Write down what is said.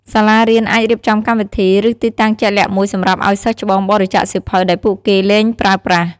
សាលារៀនអាចរៀបចំកម្មវិធី ឬទីតាំងជាក់លាក់មួយសម្រាប់ឱ្យសិស្សច្បងបរិច្ចាគសៀវភៅដែលពួកគេលែងប្រើប្រាស់។